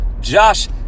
Josh